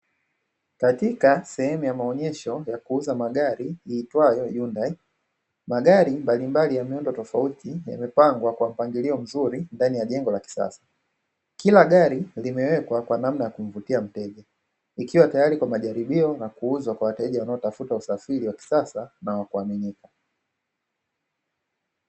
Katika sehemu ya maonyesho ya kuuza magari iitwayo "hyundai". Magari mbalimbali ya miundo tofauti yamepangwa kwa mpangilio mzuri ndani ya jengo la kisasa, kila gari limewekwa kwa namna ya kumvutia mteja, ikiwa tayari kwa majaribio na kuuzwa kwa wateja wanaotafuta usafiri wa kisasa na wa kuaminika.